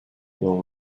will